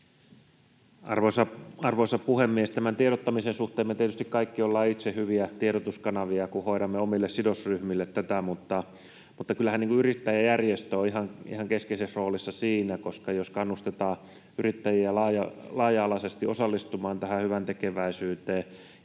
Arvoisa puhemies! Tämän tiedottamisen suhteen me tietysti kaikki ollaan itse hyviä tiedotuskanavia, kun tiedotamme omille sidosryhmille tästä. Mutta kyllähän yrittäjäjärjestö on ihan keskeisessä roolissa siinä. Jos kannustetaan yrittäjiä laaja-alaisesti osallistumaan tähän hyväntekeväisyyteen